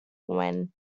when